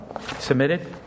submitted